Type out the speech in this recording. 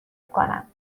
کنم